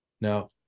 Now